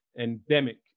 endemic